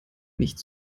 nicht